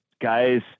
guys